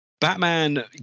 batman